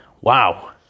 wow